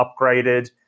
upgraded